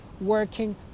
working